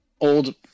old